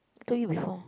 I told you before